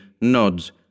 nods